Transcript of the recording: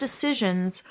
decisions